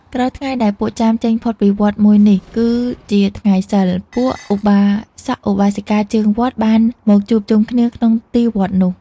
ក្រោយថ្ងៃដែលពួកចាមចេញផុតពីវត្តមួយថ្ងៃ គឺជាថ្ងៃសីល ពួកឧបាសកឧបាសិកាជើងវត្តបានមកជួបជុំគ្នាក្នុងទីវត្តនោះ។